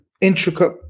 intricate